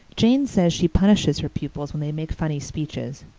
jane says she punishes her pupils when they make funny speeches,